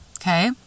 Okay